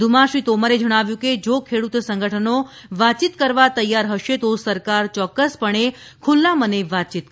વધુમાં શ્રી તોમરે જણાવ્યું કે જો ખેડુત સંગઠનો વાતચીત કરવા તૈયાર હશે તો સરકાર ચોકકસ પણે ખુલ્લા મને વાતચીત કરશે